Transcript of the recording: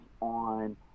on